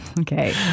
okay